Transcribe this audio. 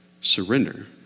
surrender